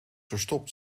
verstopt